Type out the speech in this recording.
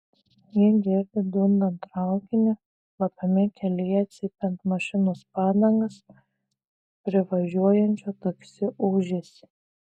ji girdi dundant traukinį šlapiame kelyje cypiant mašinos padangas privažiuojančio taksi ūžesį